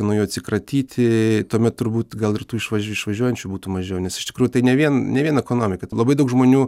nuo jų atsikratyti tuomet turbūt gal ir tų išva išvažiuojančių būtų mažiau nes iš tikrųjų tai ne vien ne vien ekonomika tai labai daug žmonių